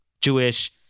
Jewish